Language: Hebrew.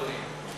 אדוני.